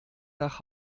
nach